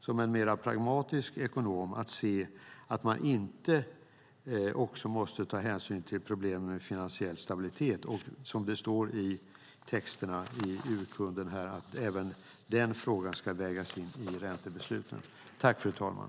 Som en mer pragmatisk ekonom har jag svårt att se att man inte också måste ta hänsyn till problem med finansiell stabilitet och att, som det står i texterna, urkunden här, även den frågan ska vägas in i räntebesluten.